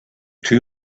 two